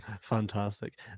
fantastic